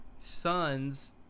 sons